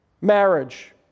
Marriage